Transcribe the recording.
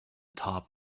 top